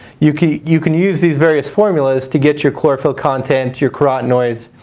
you can you can use these various formulas to get your chlorophyll content, your carotenoids,